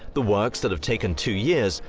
the works that have taken two years,